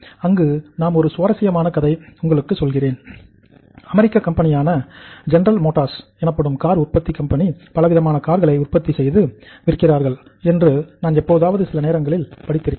இங்கு நான் ஒரு சுவாரசியமான கதை உங்களுக்குச் சொல்லுகிறேன் அமெரிக்கன் கம்பெனியான எனப்படும் கார் உற்பத்தியாளர் பலவிதமான கார்களை உற்பத்தி செய்து விற்கிறார்கள் என்று நான் எப்போதாவது சில நேரங்களில் நான் படித்திருக்கிறேன்